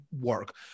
work